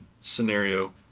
scenario